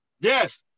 Yes